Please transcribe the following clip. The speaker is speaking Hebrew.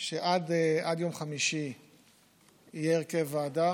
שעד יום חמישי יהיה הרכב ועדה,